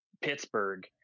Pittsburgh